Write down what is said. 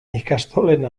ikastolen